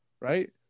right